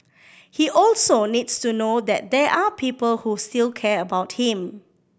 he also needs to know that there are people who still care about him